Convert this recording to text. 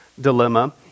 dilemma